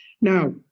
now